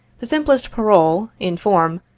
the simplest parole, in form,